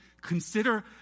Consider